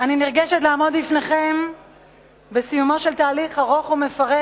אני נרגשת לעמוד בפניכם בסיומו של תהליך ארוך ומפרך